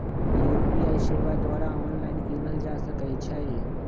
UPI सेवा द्वारा online कीनल जा सकइ छइ